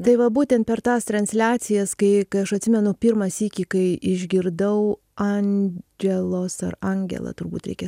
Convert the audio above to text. tai va būtent per tas transliacijas kai kai aš atsimenu pirmą sykį kai išgirdau andželos ar angela turbūt reikia